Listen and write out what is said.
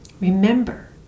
remember